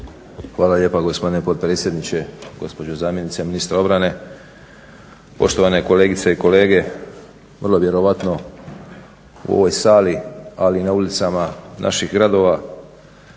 Hvala lijepa gospodine potpredsjedniče, gospođo zamjenice ministra obrane, poštovane kolegice i kolege. Vrlo vjerojatno u ovoj sali ali i na ulicama naših gradova